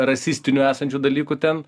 rasistinių esančių dalykų ten